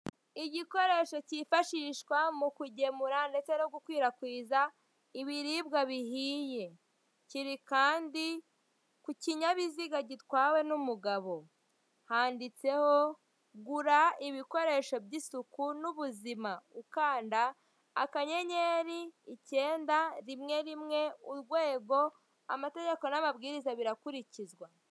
Igikoresho cyifashishwa mu kugemura ndetse no gukwirakwiza ibiribwa bihiye. Kiri kandi ku kinyabiziga gitwawe n'umugabo. Handitseho gura ibikoresho by'isuku n'ubuzima. Ukanda akanyenyeri, icyenda,, rimwe rimwe, urwego, amategeko n'amabwiriza birakurikizwa.